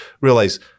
realize